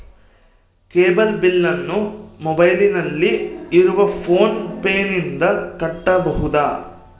Cable ಬಿಲ್ಲನ್ನು ಮೊಬೈಲಿನಲ್ಲಿ ಇರುವ ಫೋನ್ ಪೇನಿಂದ ಕಟ್ಟಬಹುದಾ?